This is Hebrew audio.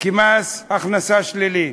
כמס הכנסה שלילי.